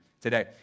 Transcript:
today